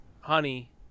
honey